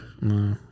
No